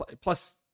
plus